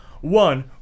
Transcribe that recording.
one